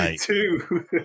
two